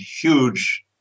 huge